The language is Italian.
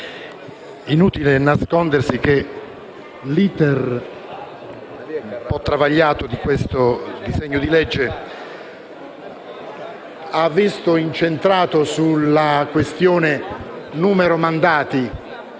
inutile nascondersi che l'*iter* un po' travagliato di questo disegno di legge è stato incentrato sulla questione del numero dei mandati